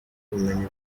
ubumenyi